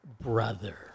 brother